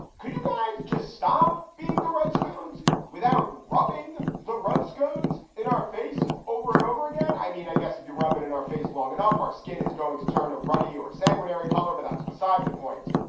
could you guys just stop being the redskins without rubbing the redskins in our face over and over again? i mean, i guess if you rub it in our face long enough, our skin is going to turn a ruddy or sanguinary color. but that's beside the point.